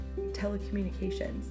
telecommunications